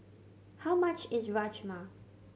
how much is Rajma